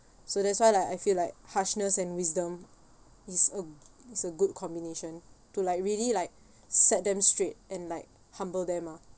so that's why like I feel like harshness and wisdom is a is a good combination to like really like set them straight and like humble them mah